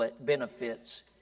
benefits